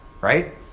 Right